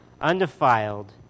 undefiled